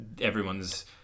everyone's